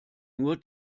nur